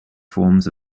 forms